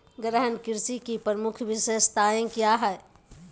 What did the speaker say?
गहन कृषि की प्रमुख विशेषताएं क्या है?